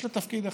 יש לה תפקיד אחד,